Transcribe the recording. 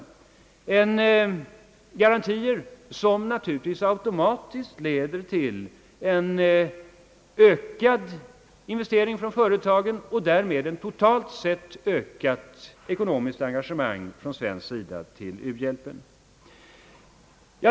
Sådana garantier leder naturligtvis automatiskt till ökade investeringar från företagen i u-länderna och där med till ett totalt sett ökat ekonomiskt engagemang från svensk sida till ulandsbistånd.